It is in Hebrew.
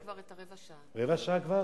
רבע שעה כבר?